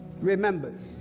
remembers